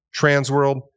Transworld